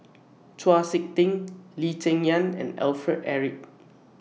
Chau Sik Ting Lee Cheng Yan and Alfred Eric